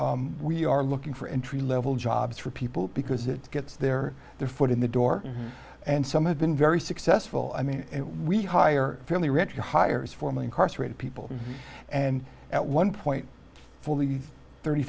part we are looking for entry level jobs for people because it gets their their foot in the door and some have been very successful i mean we hire fairly regular hires former incarcerated people and at one point fully thirty